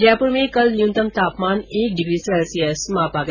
जयपूर में कल न्यूनतम तापमान एक डिग्री सेल्सियस मापा गया